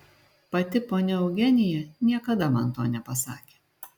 pati ponia eugenija niekada man to nepasakė